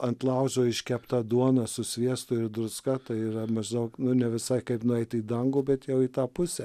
ant laužo iškepta duona su sviestu ir druska tai yra maždaug nu ne visai kaip nueit į dangų bet jau į tą pusę